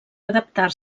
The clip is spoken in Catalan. adaptar